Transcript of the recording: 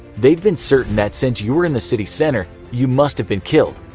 they'd been certain that since you were in the city center, you must have been killed.